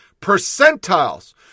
percentiles